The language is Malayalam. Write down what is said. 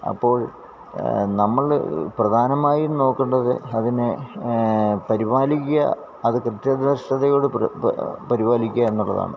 അപ്പോൾ നമ്മൾ പ്രധാനമായും നോക്കേണ്ടത് അതിനെ പരിപാലിക്കുക അത് കൃത്യനിഷ്ഠതയോടെ പരിപാലിക്കുക എന്നുള്ളതാണ്